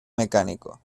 mecánico